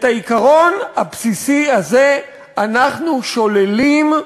את העיקרון הבסיסי הזה אנחנו שוללים,